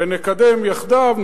ונקדם יחדיו,